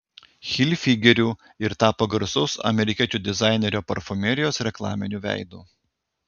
hilfigeriu ir tapo garsaus amerikiečių dizainerio parfumerijos reklaminiu veidu